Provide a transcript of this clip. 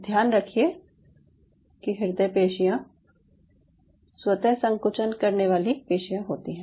ध्यान रखिये कि हृदय पेशियाँ स्वतः संकुचन करने वाली पेशियाँ होती है